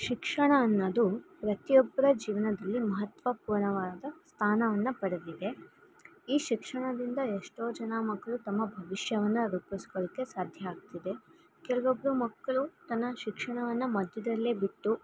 ಶಿಕ್ಷಣ ಅನ್ನೋದು ಪ್ರತಿಯೊಬ್ಬರ ಜೀವನದಲ್ಲಿ ಮಹತ್ವಪೂರ್ಣವಾದ ಸ್ಥಾನವನ್ನು ಪಡೆದಿದೆ ಈ ಶಿಕ್ಷಣದಿಂದ ಎಷ್ಟೋ ಜನ ಮಕ್ಕಳು ತಮ್ಮ ಭವಿಷ್ಯವನ್ನು ರೂಪಿಸ್ಕೊಳ್ಳೋಕ್ಕೆ ಸಾಧ್ಯ ಆಗ್ತಿದೆ ಕೆಲವೊಬ್ಬರು ಮಕ್ಕಳು ತನ್ನ ಶಿಕ್ಷಣವನ್ನು ಮಧ್ಯದಲ್ಲೇ ಬಿಟ್ಟು